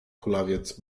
kulawiec